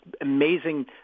amazing